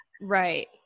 right